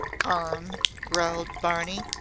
garn, growled barney.